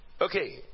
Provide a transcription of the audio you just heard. okay